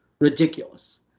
ridiculous